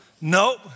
Nope